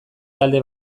talde